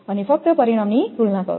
અને ફક્ત પરિણામની તુલના કરો